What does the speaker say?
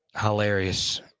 hilarious